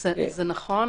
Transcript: זה נכון,